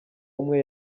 umwe